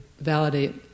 validate